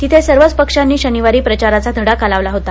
तिथं सर्वच पक्षांनी शनिवारी प्रचाराचा धडाका लावला होता